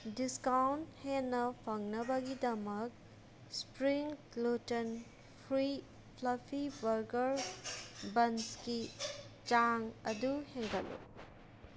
discount ꯍꯦꯟꯅ ꯐꯪꯅꯕꯒꯤꯗꯃꯛ spring gluten free fluffy burger ꯕꯟꯁꯀꯤ ꯆꯥꯡ ꯑꯗꯨ ꯍꯦꯟꯒꯠꯂꯨ